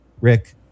Rick